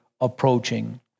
approaching